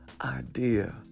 idea